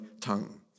tongue